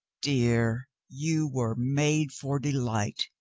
dear, you were made for delight.